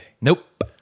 nope